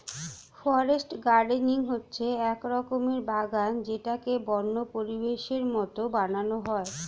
forest gardening হচ্ছে এক রকমের বাগান যেটাকে বন্য পরিবেশের মতো বানানো হয়